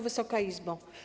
Wysoka Izbo!